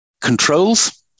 controls